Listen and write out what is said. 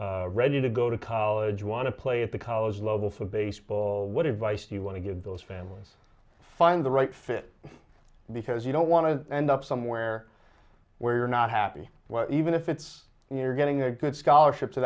e ready to go to college want to play at the college level for baseball what advice do you want to give those families find the right fit because you don't want to end up somewhere where you're not happy even if it's you're getting a good scholarship to